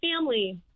family